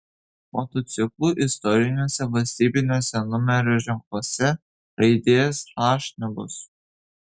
motociklų istoriniuose valstybiniuose numerio ženkluose raidės h nebus